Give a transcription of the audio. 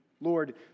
Lord